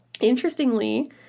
interestingly